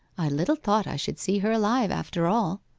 i little thought i should see her alive after all